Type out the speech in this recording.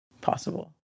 possible